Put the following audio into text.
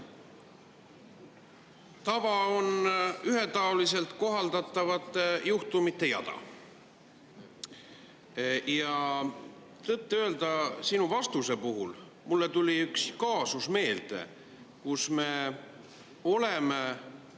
Tava on ühetaoliselt kohaldatavate juhtumite jada. Tõtt-öelda sinu vastuse puhul mulle tuli meelde üks kaasus, kus me oleme